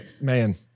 man